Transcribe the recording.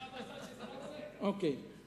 אוקיי.